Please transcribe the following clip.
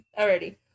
already